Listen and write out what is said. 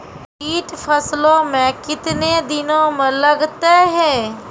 कीट फसलों मे कितने दिनों मे लगते हैं?